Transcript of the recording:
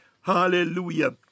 Hallelujah